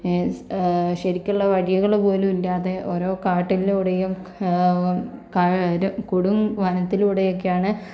ശരിക്കുള്ള വഴികള് പോലും ഇല്ലാതെ ഓരോ കാട്ടിലൂടെയും കൊടും വനത്തിലൂടേയും ഒക്കെയാണ്